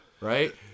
right